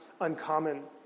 uncommon